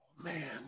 man